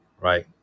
right